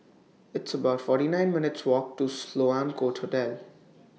It's about forty nine minutes' Walk to Sloane Court Hotel